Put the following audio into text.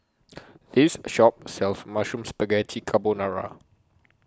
This Shop sells Mushroom Spaghetti Carbonara